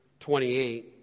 28